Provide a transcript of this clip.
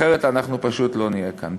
אחרת אנחנו פשוט לא נהיה כאן.